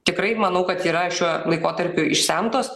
tikrai manau kad yra šiuo laikotarpiu išsemtos